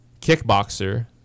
kickboxer